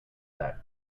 that